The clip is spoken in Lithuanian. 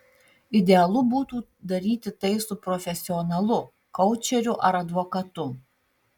idealu būtų daryti tai su profesionalu koučeriu ar advokatu